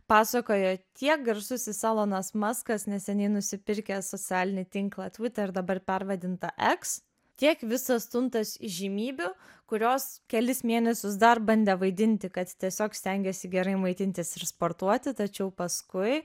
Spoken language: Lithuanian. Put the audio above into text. pasakojo tiek garsusis elonas muskas neseniai nusipirkęs socialinį tinklą twitter dabar pervadintą eks tiek visas tuntas įžymybių kurios kelis mėnesius dar bandė vaidinti kad tiesiog stengiasi gerai maitintis ir sportuoti tačiau paskui